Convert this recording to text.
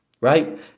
Right